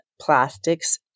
plastics